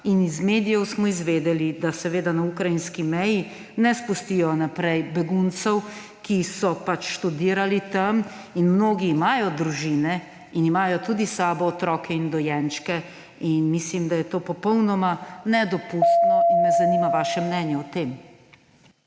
In iz medijev smo izvedeli, da na ukrajinski meji ne spustijo naprej beguncev, ki so študirali tam in mnogi imajo družine in imajo tudi s sabo otroke in dojenčke. Mislim, da je to popolnoma neodpustno in me zanima vaše mnenje o tem.